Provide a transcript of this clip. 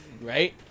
Right